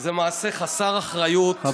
זה מעשה חסר אחריות, פשוט חסר אחריות.